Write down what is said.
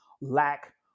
lack